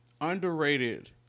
underrated